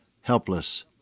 helpless